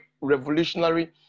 revolutionary